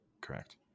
Correct